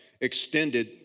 extended